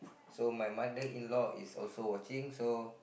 so my mother in law is also watching so